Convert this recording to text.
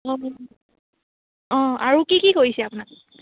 অঁ অঁ আৰু কি কি কৰিছে আপোনাক